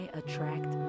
attract